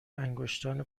انگشتان